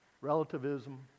relativism